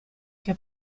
che